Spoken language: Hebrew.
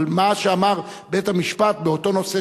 אבל מה שאמר בית-המשפט באותו נושא